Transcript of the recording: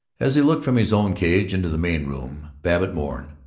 as he looked from his own cage into the main room babbitt mourned,